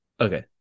Okay